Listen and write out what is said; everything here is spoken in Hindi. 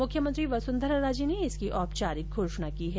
मुख्यमंत्री वसुन्धरा राजे ने इसकी औपचारिक घोषणा की है